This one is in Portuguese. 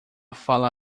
fala